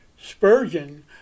Spurgeon